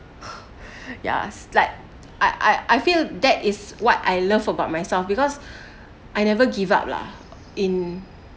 ya it's like I I I feel that is what I love about myself because I never give up lah in